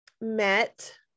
met